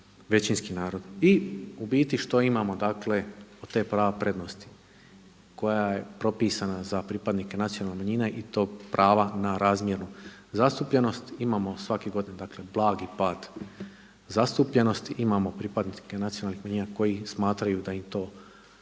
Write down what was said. većinski narod. I u biti što imamo, dakle od tog prava prednosti koja je propisana za pripadnike nacionalnih manjina i to pravo na razmjernu zastupljenost? Imamo svake godine, dakle blagi pad zastupljenosti, imamo pripadnike nacionalnih manjina koji smatraju da im to nije prednost,